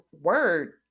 word